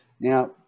Now